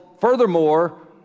furthermore